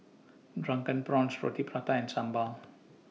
Drunken Prawns Roti Prata and Sambal